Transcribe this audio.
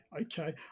okay